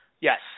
Yes